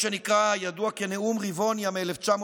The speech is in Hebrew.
הידוע כנאום ריבוניה מ-1964: